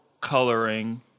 coloring